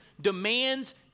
demands